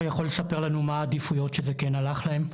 יכול לספר לנו מה העדיפויות שזה כן הלך להם?